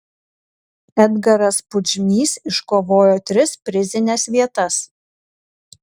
edgaras pudžmys iškovojo tris prizines vietas